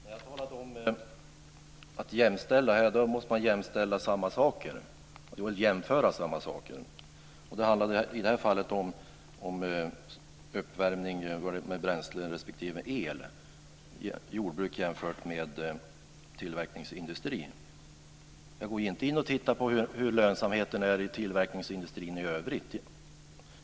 Fru talman! När jag talar om att jämställa måste man jämställa samma saker, jämföra samma saker. Det handlade i det här fallet om uppvärmning med bränsle respektive el i jordbruk jämfört med tillverkningsindustri. Jag går inte in och tittar på hur lönsamheten är i tillverkningsindustrin i övrigt.